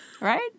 right